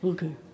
Okay